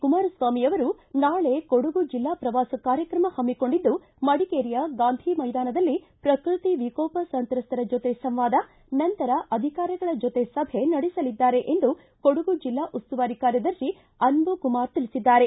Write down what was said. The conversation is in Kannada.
ಕುಮಾರಸ್ವಾಮಿಯವರು ನಾಳೆ ಕೊಡಗು ಜಿಲ್ಲಾ ಪ್ರವಾಸ ಕಾರ್ಯಕ್ರಮ ಹಮ್ಹಿಕೊಂಡಿದ್ದು ಮಡಿಕೇರಿಯ ಗಾಂಧಿ ಮೈದಾನದಲ್ಲಿ ಪ್ರಕೃತಿ ವಿಕೋಪ ಸಂತ್ರಸ್ತರ ಜೊತೆ ಸಂವಾದ ನಂತರ ಅಧಿಕಾರಿಗಳ ಜೊತೆ ಸಭೆ ನಡೆಸಲಿದ್ದಾರೆ ಎಂದು ಕೊಡಗು ಜಿಲ್ಲಾ ಉಸ್ತುವಾರಿ ಕಾರ್ಯದರ್ಶಿ ಅನ್ದು ಕುಮಾರ್ ತಿಳಿಸಿದ್ದಾರೆ